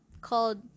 called